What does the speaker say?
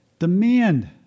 Demand